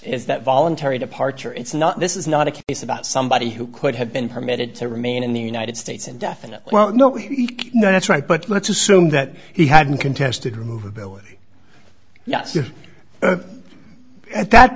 is that voluntary departure it's not this is not a case about somebody who could have been permitted to remain in the united states indefinite quote no no that's right but let's assume that he had contested remove ability at that